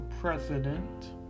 president